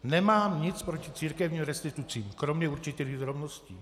Nemám nic proti církevním restitucím, kromě určitých drobností.